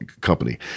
company